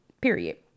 period